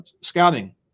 scouting